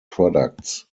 products